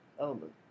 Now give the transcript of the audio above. element